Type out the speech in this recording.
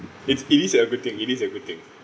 it's it is a good thing it is a good thing